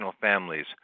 families